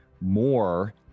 more